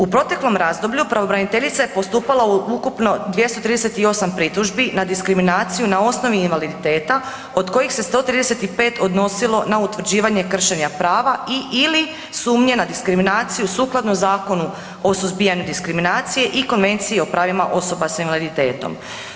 U proteklom razdoblju pravobraniteljica je postupala u ukupno 238 pritužbi na diskriminaciju na osnovi invaliditeta od kojih se 135 odnosilo na utvrđivanje kršenja prava i/ili sumnje na diskriminaciju sukladno Zakonu o suzbijanju diskriminacije i Konvencije o pravima osoba s invaliditetom.